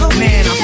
man